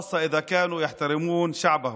בייחוד אם הם מכבדים את העם שלהם,